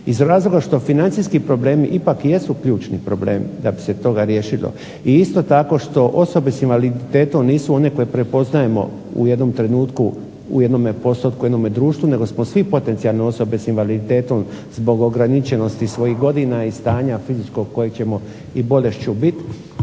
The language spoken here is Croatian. Iz razloga što financijski problemi ipak jesu ključni problemi da bi se toga riješilo. I isto što osobe sa invaliditetom nisu one koje prepoznajmo u jednom trenutku, u jednom postotku, u jednom društvu nego smo svi potencijalne osobe sa invaliditetom zbog ograničenosti svojih godina i stanja fizičkog koji ćemo i bolešću biti.